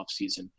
offseason